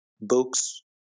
books